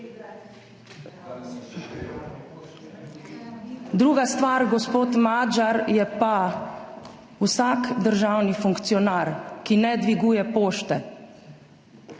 Druga stvar, gospod Magyar, je pa, vsak državni funkcionar, ki ne dviguje pošte,